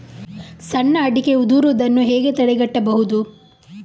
ಸಣ್ಣ ಅಡಿಕೆ ಉದುರುದನ್ನು ಹೇಗೆ ತಡೆಗಟ್ಟಬಹುದು?